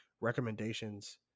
recommendations